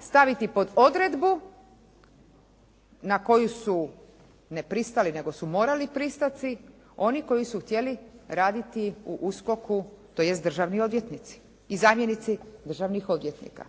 staviti pod odredbu na koju su ne pristali nego su morali pristati oni koji su htjeli raditi u USKOK-u tj. državni odvjetnici i zamjenici državnih odvjetnika.